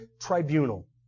tribunal